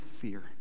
fear